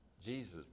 jesus